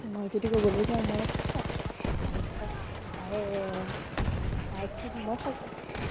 মই যদি ক'বলৈ যাওঁ মই চাপৰ তাই ওখ তাই তাই ক্ষীণ মই শকত